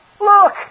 Look